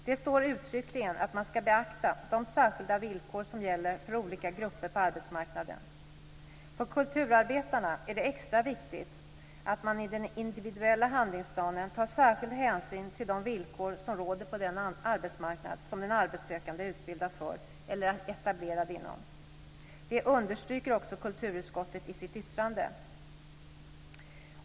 Det står uttryckligen att man ska beakta de särskilda villkor som gäller för olika grupper på arbetsmarknaden. För kulturarbetarna är det extra viktigt att man i den individuella handlingsplanen tar särskild hänsyn till de villkor som råder på den arbetsmarknad som en arbetssökande är utbildad för eller etablerad inom. Det understryker också kulturutskottet i sitt yttrande.